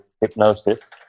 hypnosis